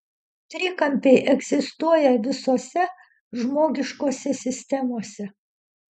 trikampiai egzistuoja visose žmogiškose sistemose